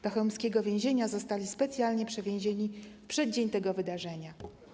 Do chełmskiego więzienia zostali specjalnie przewiezieni w przeddzień tego wydarzenia.